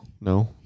No